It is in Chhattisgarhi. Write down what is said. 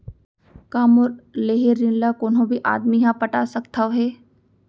का मोर लेहे ऋण ला कोनो भी आदमी ह पटा सकथव हे?